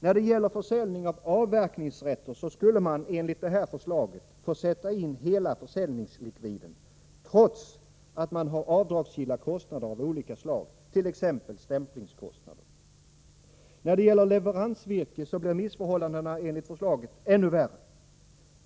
Då det gäller försäljning av avverkningsrätter skulle man enligt det här förslaget få sätta in hela försäljningslikviden, trots att man har avdragsgilla kostnader av olika slag, t.ex. stämplingskostnader. Då det gäller leveransvirke blir missförhållandena ännu värre.